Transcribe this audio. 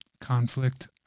conflict